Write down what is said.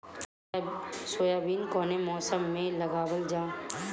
Soybean कौने मौसम में लगावल जा?